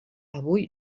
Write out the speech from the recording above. avui